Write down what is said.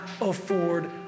afford